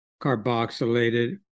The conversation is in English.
carboxylated